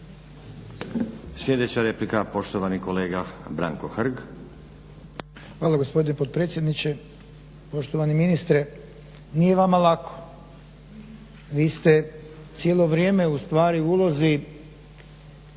Sljedeća replika poštovani kolega Branko Hrg. **Hrg, Branko (HSS)** Hvala gospodine potpredsjedniče. Poštovani ministre, nije vama lako. Vi ste cijelo vrijeme ustvari u ulozi